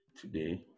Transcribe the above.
today